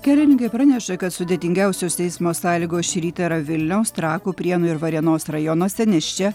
kelininkai praneša kad sudėtingiausios eismo sąlygos šį rytą yra vilniaus trakų prienų ir varėnos rajonuose nes čia